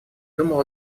думал